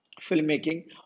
filmmaking